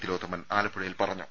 തിലോത്തമൻ ആലപ്പുഴയിൽ പറഞ്ഞു